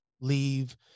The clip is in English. leave